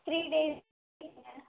three days